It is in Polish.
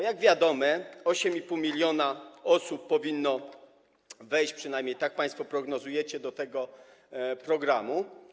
Jak wiadomo, 8,5 mln osób powinno wejść, przynajmniej tak państwo prognozujecie, do tego programu.